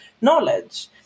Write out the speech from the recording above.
knowledge